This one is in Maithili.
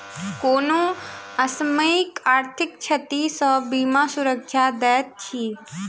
कोनो असामयिक आर्थिक क्षति सॅ बीमा सुरक्षा दैत अछि